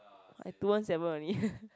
I two one seven only